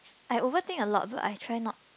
I overthink a lot but I try not